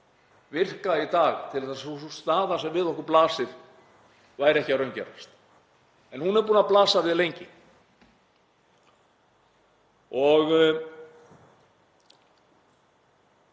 virka í dag til þess að sú staða sem við okkur blasir væri ekki að raungerast, en hún er búin að blasa við lengi.